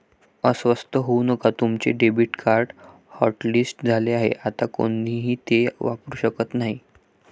अस्वस्थ होऊ नका तुमचे डेबिट कार्ड हॉटलिस्ट झाले आहे आता कोणीही ते वापरू शकत नाही